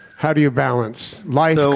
how do you balance like so,